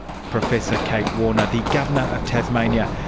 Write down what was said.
professor kate warner, the governor of tasmania.